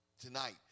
Tonight